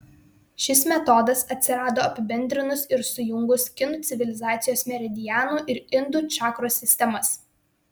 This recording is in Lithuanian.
šis metodas atsirado apibendrinus ir sujungus kinų civilizacijos meridianų ir indų čakros sistemas